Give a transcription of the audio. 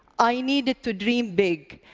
i needed to dream big.